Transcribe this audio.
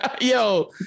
yo